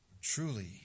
Truly